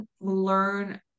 learn